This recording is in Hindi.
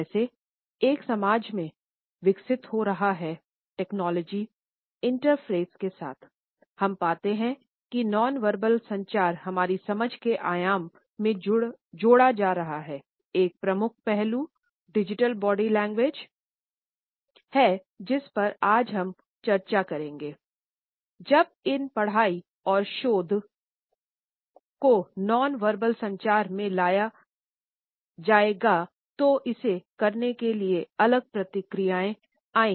जैसे एक समाज विकसित हो रहा है टेक्नोलॉजी संचार में ले जाया गया तो इसे करने के लिए अलग प्रतिक्रियाएँ आई